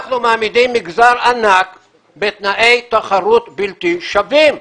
אנחנו מעמידים מגזר ענק בתנאי תחרות בלתי שווים.